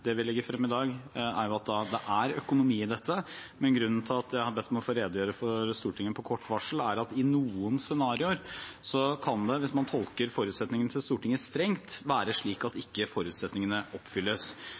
det vi legger frem i dag, men grunnen til at jeg har bedt om å få redegjøre for Stortinget på kort varsel, er at i noen scenarioer kan det – hvis man tolker forutsetningene til Stortinget strengt – være slik at